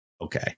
okay